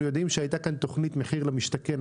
אנחנו יודעים שהיתה כאן תוכנית מחיר למשתכן.